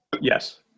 Yes